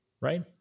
right